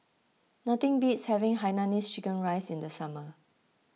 nothing beats having Hainanese Chicken Rice in the summer